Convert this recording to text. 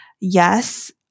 Yes